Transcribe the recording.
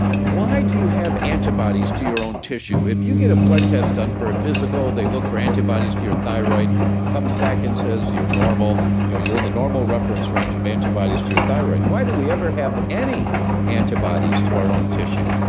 why do you have antibodies to your own tissue? if you get a blood test done for a physical, they look for antibodies to your thyroid comes back and says, you're normal. you're in the normal reference range of antibodies to your thyroid. why do we ever have any antibodies to our own tissue?